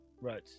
Right